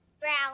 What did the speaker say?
Brown